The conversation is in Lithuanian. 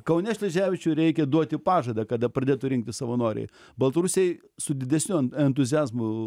kaune šleževičiui reikia duoti pažadą kada pradėtų rinktis savanoriai baltarusiai su didesniu en entuziazmu